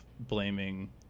Blaming